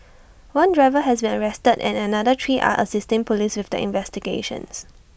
one driver has been arrested and another three are assisting Police with the investigations